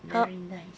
ah